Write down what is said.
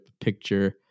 picture